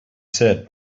said